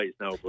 now